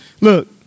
Look